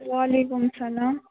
وعلیکُم سَلام